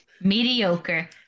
Mediocre